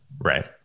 Right